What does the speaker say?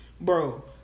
Bro